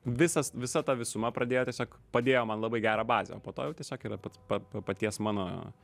visas visa ta visuma pradėjo tiesiog padėjo man labai gerą bazę o po to jau tiesiog yra pats paties mano